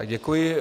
Děkuji.